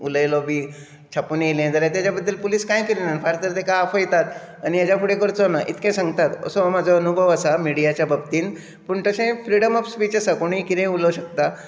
उलयलो बी छापून येयलें जाल्यार ताज्या बद्दल पुलीस कांय करिना फाल्यां तर ताका आफयतात आनी हाज्या फुडें करचोना इतकें सांगतात असो म्हजो अनुभव आसा मिडियाच्या बाबतीन पूण तशें फ्रिडम ऑफ स्पीच आसा कोणूय कितेंय उलोवं शकता